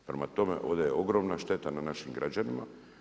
Prema tome, ovdje je ogromna šteta na našim građanima.